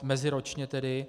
Meziročně tedy.